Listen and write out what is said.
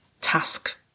task